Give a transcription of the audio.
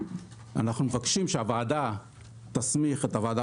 ואנחנו מבקשים שהוועדה תסמיך את הוועדה